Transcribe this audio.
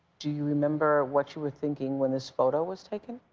do you remember what you were thinking when this photo was taken?